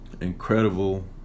incredible